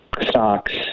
stocks